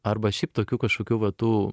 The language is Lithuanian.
arba šiaip tokių kažkokių va tų